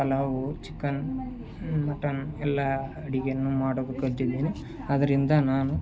pulao chicken mutton ಎಲ್ಲ ಅಡುಗೆನು ಮಾಡೋದು ಕಲ್ತಿದ್ದೀನಿ ಅದರಿಂದ ನಾನು